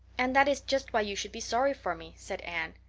and that is just why you should be sorry for me, said anne,